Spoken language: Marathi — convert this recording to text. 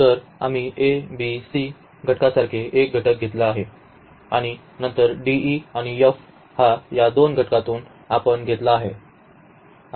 तर आम्ही a b c घटकांसारखे एक घटक घेतला आहे आणि नंतर d e आणि f हा या घटकातून आपण घेतला आहे